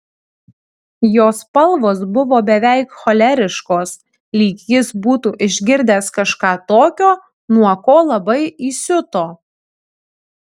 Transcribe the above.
jo spalvos buvo beveik choleriškos lyg jis būtų išgirdęs kažką tokio nuo ko labai įsiuto